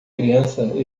criança